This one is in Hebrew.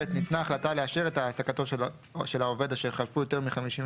ניתנה החלטה לאשר את העסקתו של העובד אשר חלפו יותר מ-51